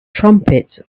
trumpets